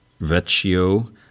Vecchio